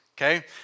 okay